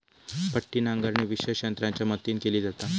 पट्टी नांगरणी विशेष यंत्रांच्या मदतीन केली जाता